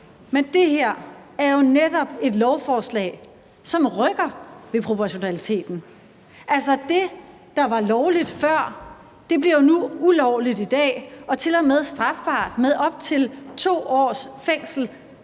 men det her er jo netop et lovforslag, som rykker ved proportionaliteten. Altså, det, der var lovligt før, bliver jo nu ulovligt i dag og tilmed strafbart med op til 2 års fængsel